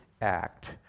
act